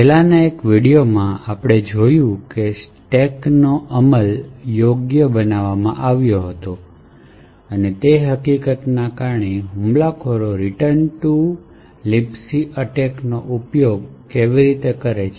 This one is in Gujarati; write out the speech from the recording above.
પહેલાની એક વિડિઓમાં આપણે જોઈએ છીએ કે આ સ્ટેકને અમલ યોગ્ય બનાવવામાં આવ્યો હતો તે હકીકતને પહોંચી વળવા માટે હુમલાખોરો રીટર્ન ટુ libc એટેકનો ઉપયોગ કેવી રીતે કરે છે